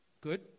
Good